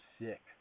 sick